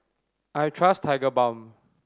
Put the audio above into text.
I trust Tigerbalm